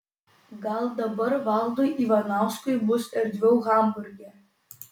gal dabar valdui ivanauskui bus erdviau hamburge